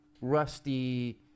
Rusty